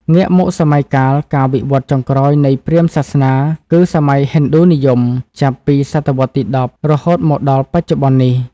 ងាកមកសម័យកាលការវិវឌ្ឍន៍ចុងក្រោយនៃព្រាហ្មណ៍សាសនាគឺ សម័យហិណ្ឌូនិយម ចាប់ពីសតវត្សរ៍ទី ១០ រហូតមកដល់បច្ចុប្បន្ននេះ។